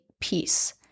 peace